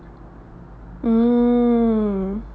mm